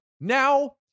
now